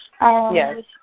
Yes